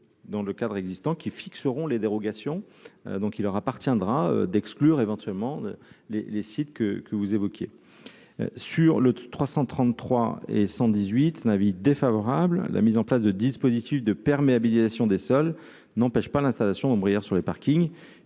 dans le cadre existant qui fixeront les dérogations donc il leur appartiendra d'exclure éventuellement les les sites que que vous évoquiez sur le 333 et 118 avis défavorable, la mise en place de dispositifs de perméabilité des sols n'empêche pas l'installation en mourir sur les parkings,